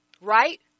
Right